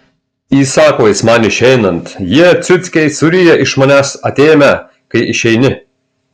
įsako jis man išeinant jie ciuckiai suryja iš manęs atėmę kai išeini